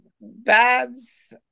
Babs